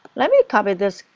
let me copy this,